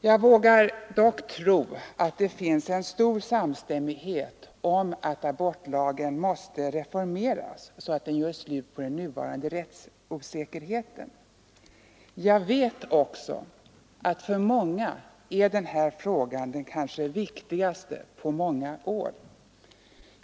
Jag vågar dock tro att det finns en stor samstämmighet om att abortlagen måste reformeras, så att den gör slut på den nuvarande rättsosäkerheten. Jag vet också att för många är den här frågan den kanske viktigaste på många år.